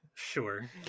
Sure